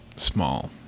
small